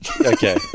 Okay